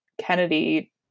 Kennedy